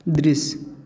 दृश्य